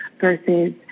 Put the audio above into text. versus